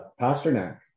Pasternak